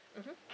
mmhmm